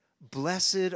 Blessed